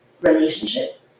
relationship